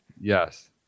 Yes